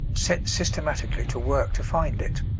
set systematically to work to find it.